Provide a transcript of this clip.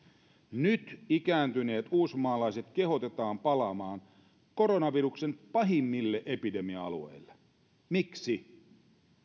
nyt ikääntyneitä uusmaalaisia kehotetaan palaamaan koronaviruksen pahimmille epidemia alueille miksi